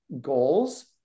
goals